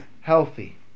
healthy